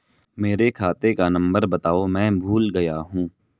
मेरे खाते का नंबर बताओ मैं भूल गया हूं